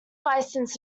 licence